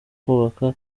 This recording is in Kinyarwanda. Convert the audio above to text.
kubaka